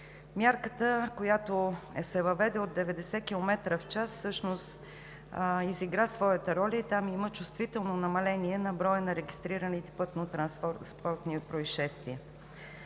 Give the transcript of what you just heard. Мярката, която се въведе – от 90 км/ч, всъщност изигра своята роля и там има чувствително намаление на броя на регистрираните пътнотранспортни произшествия.